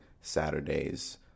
Saturdays